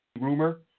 rumor